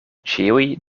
ĉiuj